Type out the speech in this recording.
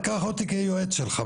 דקה -- קח אותי כיועץ שלך,